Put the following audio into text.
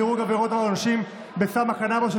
מדרוג עבירות ועונשים בסם קנבוס),